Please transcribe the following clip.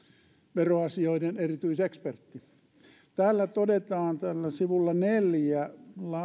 veroasioiden erityisekspertti täällä todetaan sivulla neljä